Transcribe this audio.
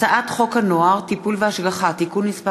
הצעת חוק הנוער (טיפול והשגחה) (תיקון מס'